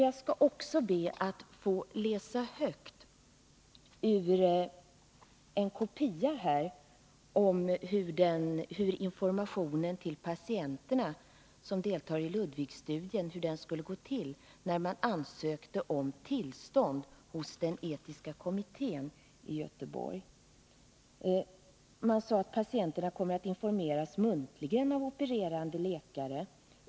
Jag skall be att få läsa högt ur en kopia som gäller hur informationen till patienterna som deltar i Ludwigstudien skulle gå till när man ansökte om tillstånd hos den etiska kommittén i Göteborg: ”Patienterna kommer att informeras muntligen av opererande läkare.